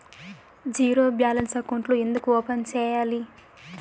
zero balance అకౌంట్లు ఎందుకు open సేయాలి